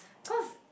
cause